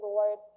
Lord